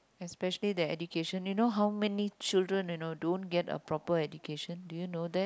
especially their education you know how many children you know don't get a proper education do you know that